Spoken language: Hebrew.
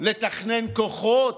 לתכנן כוחות,